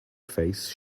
face